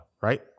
right